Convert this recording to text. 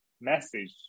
message